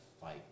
fight